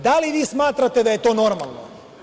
Da li vi smatrate da je to normalno?